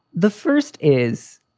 the first is,